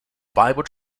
bible